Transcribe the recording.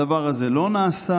הדבר הזה לא נעשה,